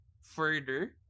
further